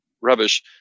rubbish